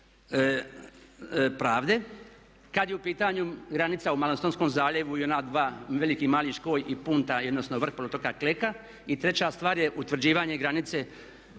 pravde kad je pitanje granica u Malostonskom zaljevu i ona dva Veliki i mali Škoj i Punta odnosno .../Govornik se ne razumije./… otoka Kleka. I treća stvar je utvrđivanje granice